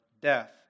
death